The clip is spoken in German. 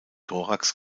thorax